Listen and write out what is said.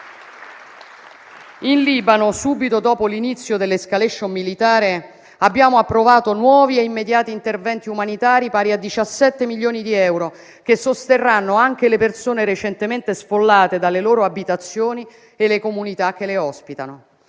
In Libano, subito dopo l'inizio dell'*escalation* militare, abbiamo approvato nuovi e immediati interventi umanitari pari a 17 milioni di euro, che sosterranno anche le persone recentemente sfollate dalle loro abitazioni e le comunità che le ospitano.